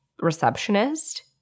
receptionist